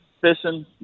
fishing